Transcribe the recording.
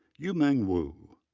yumeng wu,